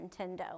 Nintendo